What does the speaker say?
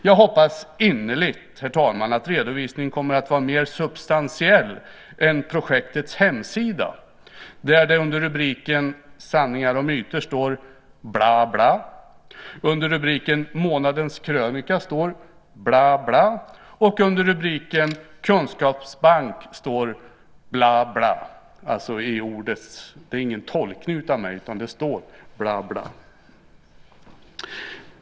Jag hoppas innerligt att redovisningen kommer att vara mer substantiell än projektets hemsida, där det under rubriken "Sanningar och myter" står: "Bla, bla." Under rubriken "Månadens krönika" står det: "Bla, bla" och under rubriken "Kunskapsbank" står det: "Bla, bla". Det är alltså inte fråga om någon tolkning från min sida, utan det står så.